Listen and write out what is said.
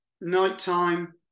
nighttime